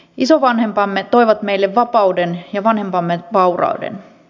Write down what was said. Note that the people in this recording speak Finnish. isovanhempamme toivat meille vapauden ja vanhempamme vaurauden